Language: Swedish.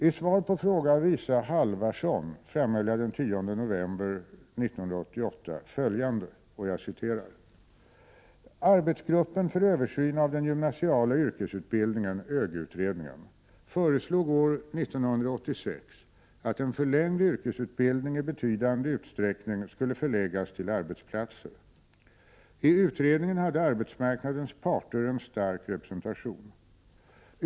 I svar på fråga av Isa Halvarsson framhöll jag den 10 november 1988 följande: ”Arbetsgruppen för översyn av den gymnasiala yrkesutbildningen föreslog år 1986 att en förlängd yrkesutbildning i betydande utsträckning skulle förläggas till arbetsplatser. I utredningen hade arbetsmarknadens parter en stark representation.